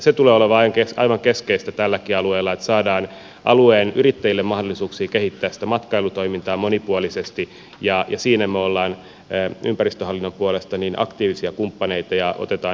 se tulee olemaan aivan keskeistä tälläkin alueella että saadaan alueen yrittäjille mahdollisuuksia kehittää sitä matkailutoimintaa monipuolisesti ja siinä me olemme ympäristöhallinnon puolesta aktiivisia kumppaneita ja otamme heiltä ideoita vastaan